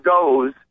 goes